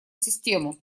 систему